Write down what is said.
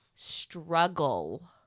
struggle